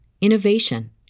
innovation